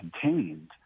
contained